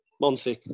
Monty